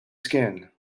skin